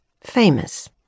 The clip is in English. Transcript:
Famous